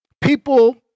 people